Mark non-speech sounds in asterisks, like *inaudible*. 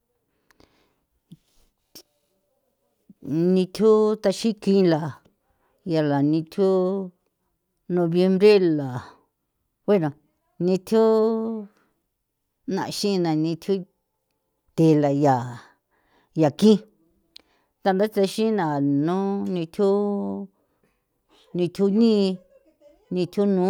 *noise* nithju thaxi kila ya la nithju noviembre la bueno *noise* nithju na xina nithju thela ya yaki *noise* tanda thexina no ni thju nii *noise* nithju *noise* nu